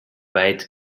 weit